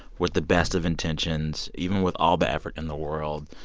with the best of intentions, even with all the effort in the world,